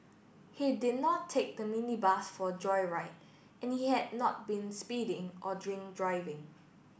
he did not take the minibus for a joyride and he had not been speeding or drink driving